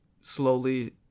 slowly